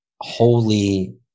holy